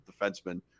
defenseman